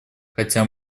хотя